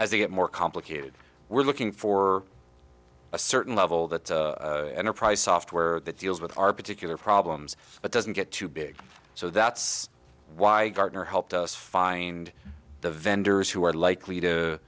as they get more complicated we're looking for a certain level that enterprise software that deals with our particular problems but doesn't get too big so that's why gardner helped us find the vendors who are likely to